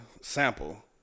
sample